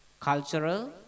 cultural